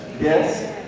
Yes